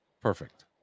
Perfect